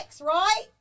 right